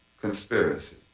conspiracy